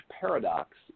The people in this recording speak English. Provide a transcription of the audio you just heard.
paradox